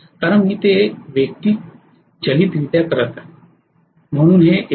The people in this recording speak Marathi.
कारण मी ते व्यक्तिचलितरित्या करत आहे म्हणून हे 49